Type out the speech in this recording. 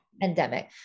pandemic